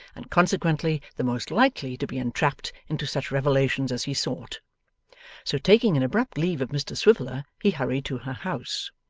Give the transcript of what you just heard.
and consequently the most likely to be entrapped into such revelations as he sought so taking an abrupt leave of mr swiveller, he hurried to her house.